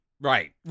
Right